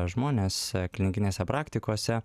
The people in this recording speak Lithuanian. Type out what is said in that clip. žmonės klinikinėse praktikose